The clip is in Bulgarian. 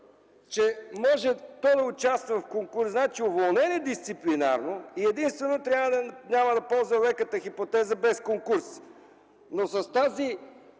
то може да участва в конкурс. Значи, уволнен е дисциплинарно и единствено няма да ползва леката хипотеза „без конкурс”, но с това